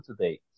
today